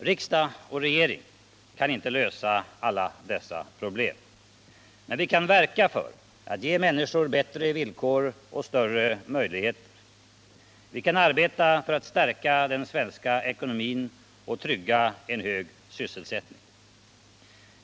Riksdag och regering kan inte lösa alla dessa problem. Men vi kan verka för att ge människor bättre villkor och större möjligheter. Vi kan arbeta för att stärka den svenska ekonomin och trygga en hög sysselsättning.